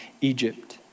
Egypt